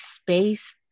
space